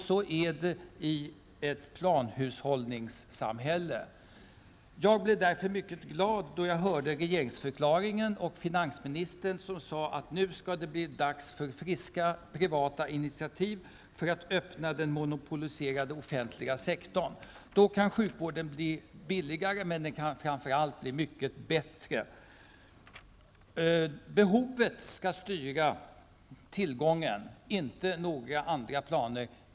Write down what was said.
Så är det i ett planhushållningssamhälle. Jag blev därför mycket glad när jag hörde regeringsdeklarationen. Där sade finansministern att det nu skall bli dags för friska privata initiativ för att öppna den monopoliserade offentliga sektorn. Då kan sjukvården bli billigare, men den kan framför allt bli mycket bättre. Behovet skall styra tillgången, inte några planer.